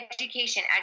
education